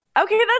Okay